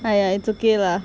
!aiya! it's okay lah